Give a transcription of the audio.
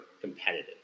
competitive